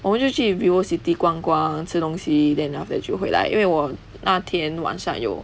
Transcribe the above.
我们就去 vivocity 逛逛吃东西 then after that 就回来因为我那天晚上有